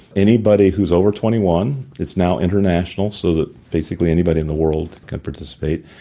anybody who's over twenty one. it's now international, so that basically anybody in the world can participate.